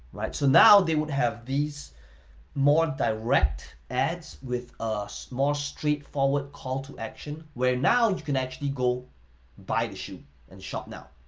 right? so now they would have these more direct ads with more straightforward call to action, where now you can actually go buy the shoe and shop now.